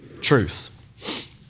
Truth